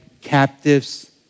captives